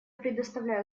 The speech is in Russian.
предоставляю